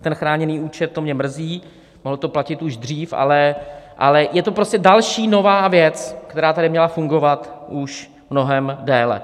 Ten chráněný účet, to mě mrzí, mohlo to platit už dřív, ale je to prostě další nová věc, která tady měla fungovat už mnohem déle.